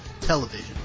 television